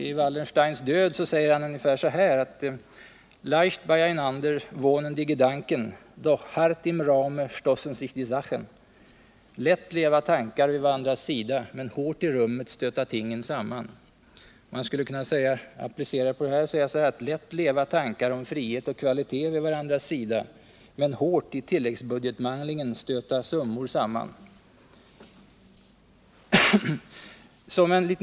I Wallensteins död säger han så här: Lätt leva tankar vid varandras sida Men hårt i rummet stöta tingen samman. Man skulle i det här sammanhanget kunna travestera och säga: Lätt leva tankar om frihet och kvalitet vid varandras sida, men hårt i tilläggsbudgetmanglingen stöta summor samman.